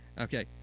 Okay